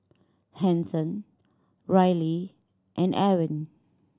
Hanson Reilly and Ewin